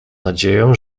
nadzieję